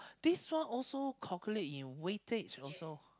this one also calculate in wastage also